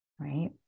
right